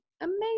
amazing